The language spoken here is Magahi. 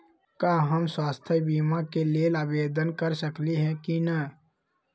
का हम स्वास्थ्य बीमा के लेल आवेदन कर सकली ह की न?